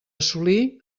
assolir